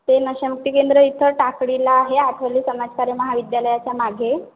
ते नशा मुक्ती केंद्र इथं टाकडीला आहे आठवले समाजकार्य महाविद्यालयाच्या मागे